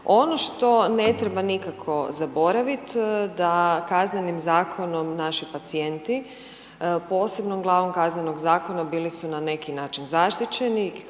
Ono što ne treba nikako zaboraviti da Kaznenim zakonom naši pacijenti posebnom glavom Kaznenog zakona bili su na neki način zaštićeni